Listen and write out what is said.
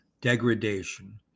degradation